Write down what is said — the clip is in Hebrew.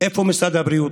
איפה משרד הבריאות?